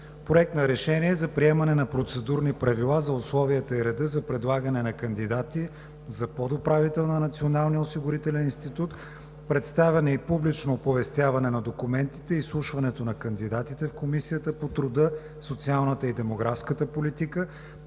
Проект на решение за приемане на Процедурни правила за условията и реда за предлагане на кандидати за подуправител на Националния осигурителен институт, представяне и публично оповестяване на документите и изслушването на кандидатите в Комисията по труда, социалната и демографската политика,